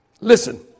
Listen